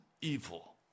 evil